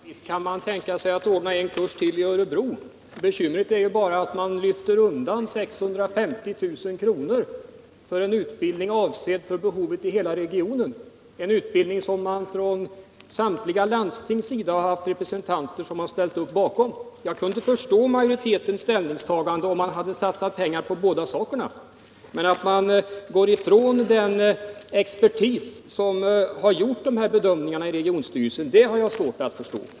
Herr talman! Visst kan man tänka sig att ordna en kurs till i Örebro. Bekymret är ju bara att man lyfter undan 650 000 kr. för en utbildning avsedd för behovet i hela regionen — en utbildning som representanter för samtliga landsting ställt upp bakom. Jag kunde förstå majoritetens ställningstagande om man hade satsat pengar på båda sakerna. Men att man går ifrån den expertis som har gjort de här bedömningarna i regionstyrelsen har jag svårt att förstå.